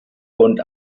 und